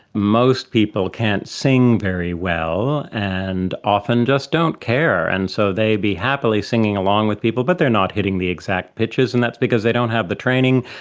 most people can't sing very well and often just don't care, and so they would be happily singing along with people but they are not hitting the exact piches, and that's because they don't have the training,